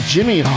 Jimmy